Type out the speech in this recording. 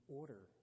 order